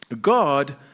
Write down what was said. God